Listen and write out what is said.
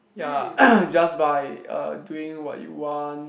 ya just by <(uh) doing what you want